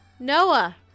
Noah